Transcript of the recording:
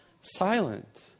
silent